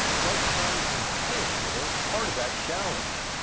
drug crimes and punishment are a part of that challenge.